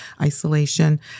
isolation